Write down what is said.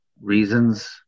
reasons